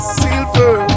silver